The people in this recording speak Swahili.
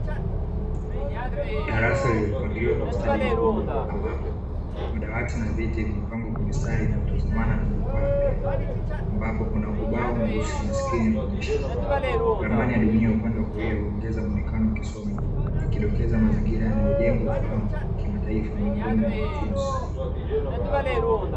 Darasa lililopangiwa kwa ustadi mkubwa ambapo madawati na viti vya mipango kwa mistari inayotazamana na jukwaa la mbegu, ambapo kuna ubao mweusi maskini ya kuonyesha ramani ya dunia upande wa kulia huongeza muonekano wa kisomi, ikidokeza mazingira yanayojenga ufahamu kimataifa miongoni mwa wanafunzi.